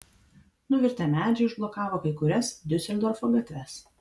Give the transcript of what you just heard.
nuvirtę medžiai užblokavo kai kurias diuseldorfo gatves